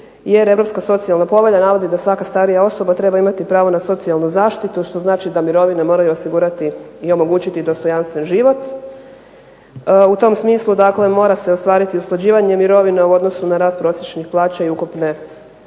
jer Europska socijalna povelja navodi da svaka starija osoba treba imati pravo na socijalnu zaštitu, što znači da mirovine moraju osigurati i omogućiti dostojanstven život. U tom smislu dakle mora se ostvariti usklađivanje mirovina u odnosu na rast prosječnih plaća i ukupne